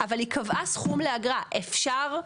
אבל היא קבעה סכום לאגרה, אפשר,